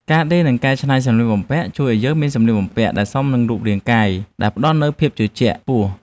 ការដេរ និងកែច្នៃសម្លៀកបំពាក់ជួយឱ្យយើងមានសម្លៀកបំពាក់ដែលសមនឹងរូបរាងកាយ ដែលផ្ដល់នូវភាពជឿជាក់ខ្ពស់។